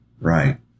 Right